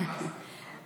אמרתי שאני,